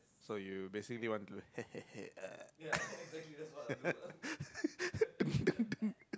so you basically did want to hehehe uh